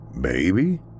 Baby